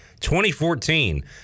2014